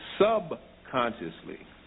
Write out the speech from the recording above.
subconsciously